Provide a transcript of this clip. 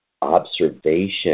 observation